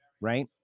right